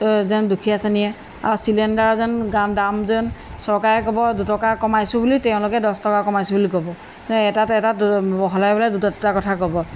যেন দুখীয়া শ্ৰেণীয়ে আৰু চিলিণ্ডাৰ যেন দাম যেন চৰকাৰে ক'ব দুটকা কমাইছোঁ বুলি তেওঁলোকে দহ টকা কমাইছোঁ বুলি ক'ব এটাত এটা হ'লে দুটা দুটা কথা ক'ব